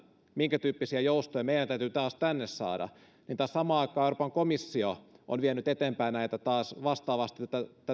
minkä tyyppisiä joustoja meidän täytyy tänne saada samaan aikaan taas euroopan komissio on vienyt eteenpäin vastaavasti